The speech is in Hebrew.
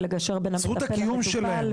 ולגשר בין המטפל למטופל.